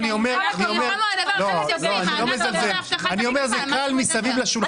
אני א מר שזה קל מסביב לשולחן.